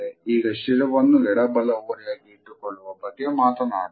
ಈಗ ಶಿರವನ್ನು ಎಡ ಬಲ ಓರೆಯಾಗಿ ಇಟ್ಟುಕೊಳ್ಳುವ ಬಗ್ಗೆ ಮಾತನಾಡೋಣ